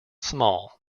small